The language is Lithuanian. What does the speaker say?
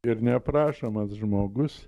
ir neprašomas žmogus